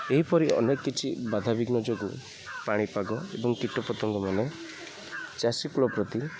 ଏହିପରି ଅନେକ କିଛି ବାଧାବିଘ୍ନ ଯୋଗୁଁ ପାଣିପାଗ ଏବଂ କୀଟପତଙ୍ଗମାନେ ଚାଷୀ କୂଳ ପ୍ରତି